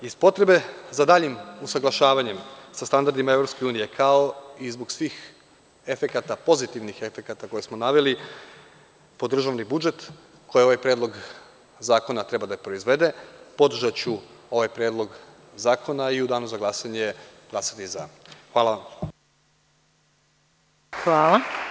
Iz potrebe za daljim usaglašavanjem sa standardima EU, kao i zbog svih pozitivnih efekata koje smo naveli po državni budžet, koje ovaj Predlog zakona treba da proizvede, podržaću ovaj predlog zakona i u Danu za glasanje glasati za.